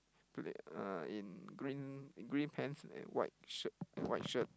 today uh in green green pants and white shirt white shirt